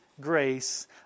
grace